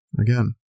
again